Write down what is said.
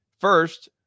First